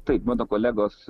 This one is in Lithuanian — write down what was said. taip mano kolegos